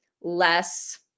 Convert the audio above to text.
less